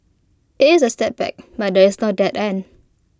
IT is A setback but there is no dead end